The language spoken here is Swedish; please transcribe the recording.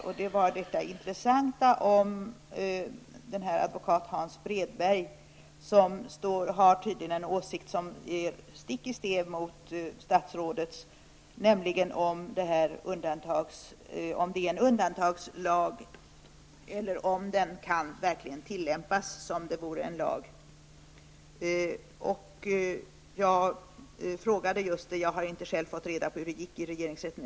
Den gäller det intressanta konstaterandet att advokaten Hans Bredberg har en åsikt som går stick i stäv mot statsrådets, nämligen om den nämnda undantagslagen verkligen kan tillämpas som vore den en lag. Jag har själv inte fått reda på hur det gick i regeringsrätten.